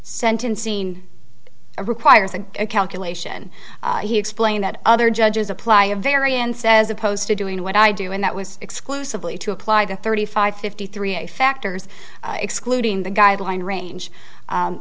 sentencing a requires a calculation he explained that other judges apply a variance as opposed to doing what i do and that was exclusively to apply the thirty five fifty three a factors excluding the guideline range